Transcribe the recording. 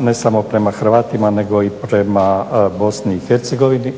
ne samo prema Hrvatima nego i prema BiH. S druge